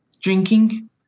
drinking